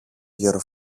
γερο